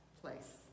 place